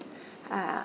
uh